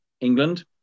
England